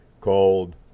called